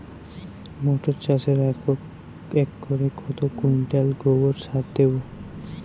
মটর চাষে একরে কত কুইন্টাল গোবরসার দেবো?